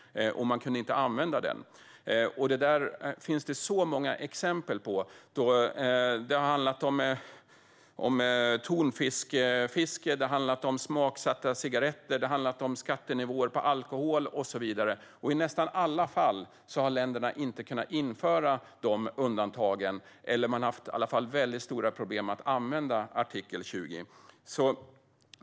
Men man kunde inte använda den, vilket det finns många exempel på. Det har handlat om tonfiskfiske, smaksatta cigaretter, skattenivåer på alkohol och så vidare. I nästan inget fall har länderna kunnat införa dessa undantag, eller så har man haft väldigt stora problem att använda artikel 20.